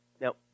Now